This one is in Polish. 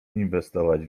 inwestować